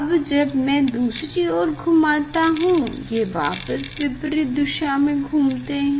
अब जब मैं दूसरी ओर घूमता हूँ ये वापस विपरीत दिशा में घूमते हैं